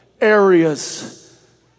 areas